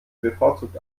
bevorzugt